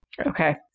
okay